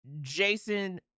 Jason